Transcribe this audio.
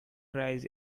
rise